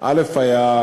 א.